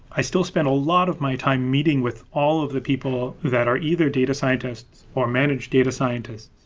i still spend a lot of my time meeting with all of the people that are either data scientists or managed data scientists,